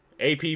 AP